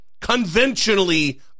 Conventionally